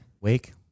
Wake